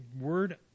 word